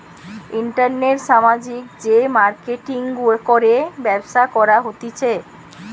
ইন্টারনেটে সামাজিক যে মার্কেটিঙ করে ব্যবসা করা হতিছে